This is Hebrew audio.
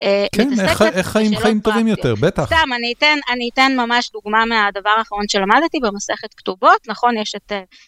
כן, איך חיים חיים טובים יותר, בטח. סתם, אני אתן ממש דוגמה מהדבר האחרון שלמדתי במסכת כתובות. נכון, יש את...